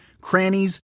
crannies